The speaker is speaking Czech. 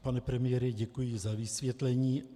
Pane premiére, děkuji za vysvětlení.